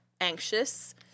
Anxious